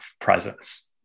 presence